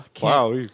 Wow